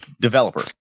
developer